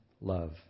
love